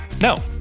No